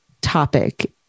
topic